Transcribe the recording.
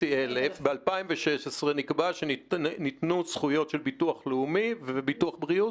של-13,500 ניתנו זכויות של ביטוח לאומי וביטוח בריאות?